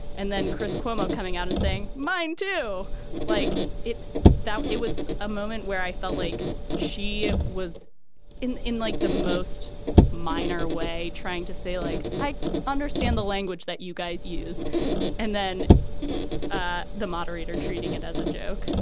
and then chris cuomo coming out and saying mind do like it though it was a moment where i felt like she was in in like the most minor way trying to say like i understand the language that you guys use and then ah the moderator treating it as a joke.